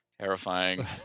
terrifying